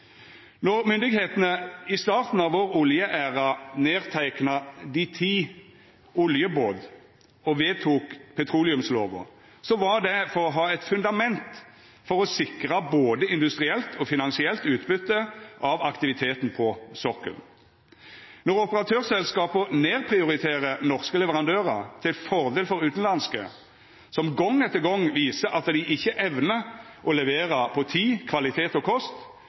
Når myndigheitene i starten av vår oljeæra skreiv ned «dei ti oljeboda» og vedtok petroleumslova, var det for å ha eit fundament for å sikra både industrielt og finansielt utbytte av aktiviteten på sokkelen. Når operatørselskapa nedprioriterer norske leverandørar til fordel for utanlandske, som gong etter gong viser at dei ikkje evnar å levera på tid, kvalitet og kost,